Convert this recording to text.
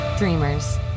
Dreamers